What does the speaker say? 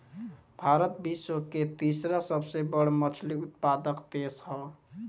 भारत विश्व के तीसरा सबसे बड़ मछली उत्पादक देश ह